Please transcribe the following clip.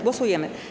Głosujemy.